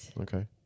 Okay